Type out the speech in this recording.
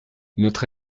notre